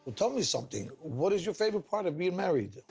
tell me something, what is your favorite part of being married?